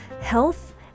health